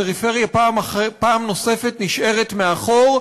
הפריפריה פעם נוספת נשארת מאחור,